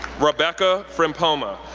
rebecca frimpomaa,